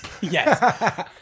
Yes